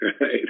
right